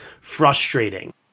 frustrating